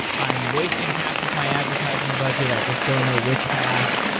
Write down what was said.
i'm wasting half of my advertising budget. i just don't know which half.